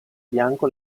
bianco